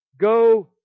go